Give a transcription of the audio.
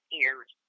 ears